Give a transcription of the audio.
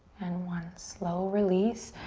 and one, slow release.